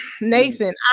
Nathan